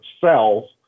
cells